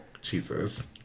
Jesus